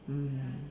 mm